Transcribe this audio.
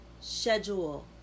schedule